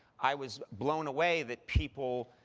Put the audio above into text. i was blown away that people